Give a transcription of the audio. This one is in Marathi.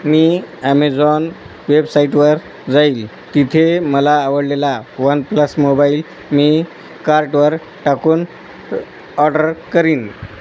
मी ॲमेझॉन वेबसाइटवर जाईल तिथे मला आवडलेला वन प्लस मोबाईल मी कार्टवर टाकून ऑर्डर करीन